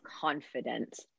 confident